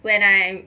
when I